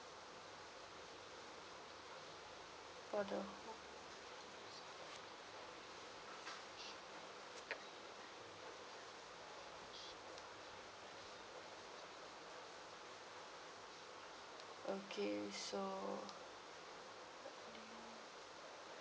for the whole okay so